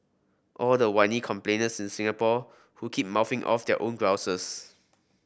all the whiny complainers in Singapore who keep mouthing off their own grouses